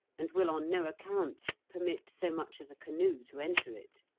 and will on no account permit so much as a canoe to enter it.